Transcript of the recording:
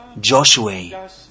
Joshua